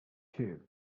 two